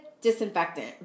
disinfectant